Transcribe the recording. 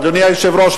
אדוני היושב-ראש,